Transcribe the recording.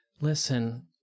listen